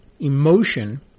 emotion